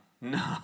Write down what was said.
No